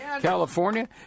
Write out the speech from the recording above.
California